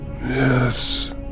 yes